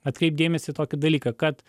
atkreipt dėmesį į tokį dalyką kad